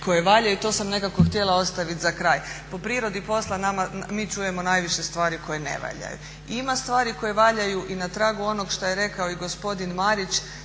koje valjaju. I to sam nekako htjela ostaviti za kraj. Po prirodi posla mi čujemo najviše stvari koje ne valjaju. I ima stvari koje valjaju i na tragu onog što je rekao i gospodin Marić